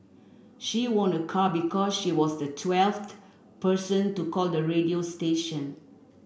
she won a car because she was the twelfth person to call the radio station